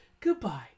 goodbye